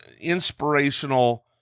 inspirational